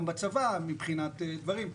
גם בצבא מבחינת דברים.